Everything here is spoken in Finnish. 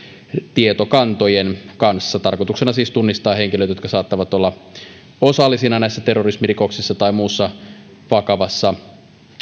tietokantojen kanssa tarkoituksena on siis tunnistaa henkilöt jotka saattavat olla osallisina näissä terrorismirikoksissa tai muussa vakavassa